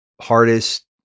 hardest